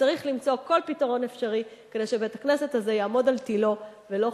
וצריך למצוא כל פתרון אפשרי כדי שבית-הכנסת הזה יעמוד על תלו ולא,